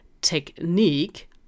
technique